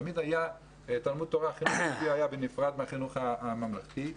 תמיד היה החינוך היהודי נפרד מהחינוך הממלכתי.